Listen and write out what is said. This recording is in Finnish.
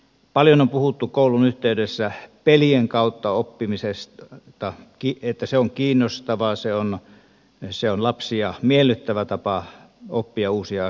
paljon on puhuttu koulun yhteydessä pelien kautta oppimisesta että se on kiinnostavaa se on lapsia miellyttävä tapa oppia uusia asioita